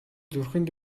зүрхэнд